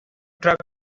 truck